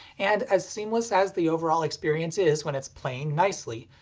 and as seamless as the overall experience is when it's playing nicely,